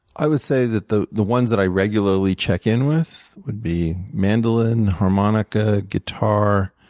i would say that the the ones that i regularly check in with would be mandolin, harmonica, guitar,